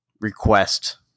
request